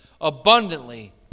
abundantly